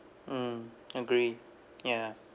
mm agree ya